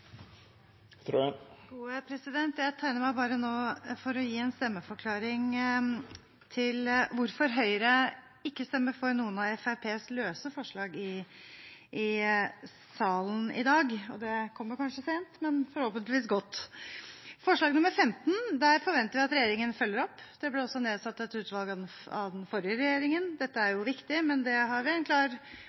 Jeg tegner meg nå bare for å gi en stemmeforklaring til hvorfor Høyre ikke stemmer for noen av Fremskrittspartiets løse forslag i salen i dag. Det kommer kanskje sent, men forhåpentligvis godt. Forslag nr. 15: Der forventer vi at regjeringen følger opp. Det ble også nedsatt et utvalg av den forrige regjeringen. Dette er jo viktig, men det har vi en